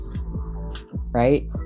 right